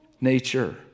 nature